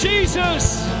Jesus